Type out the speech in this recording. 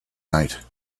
night